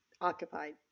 occupied